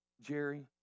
Jerry